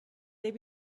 they